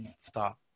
Stop